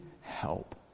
help